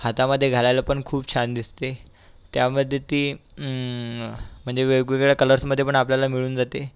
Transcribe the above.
हातामध्ये घालायला पण खूप छान दिसते त्यामध्ये ती म्हणजे वेगवेगळ्या कलर्समध्ये पण आपल्याला मिळून जाते